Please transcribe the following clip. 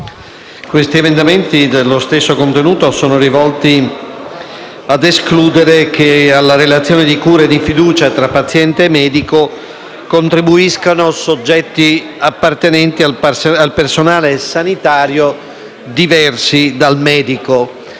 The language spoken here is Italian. che hanno lo stesso contenuto, sono rivolti ad escludere che alla relazione di cura e di fiducia tra paziente e medico contribuiscano soggetti appartenenti al personale sanitario diversi dal medico.